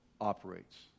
operates